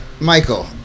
Michael